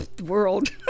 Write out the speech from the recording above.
world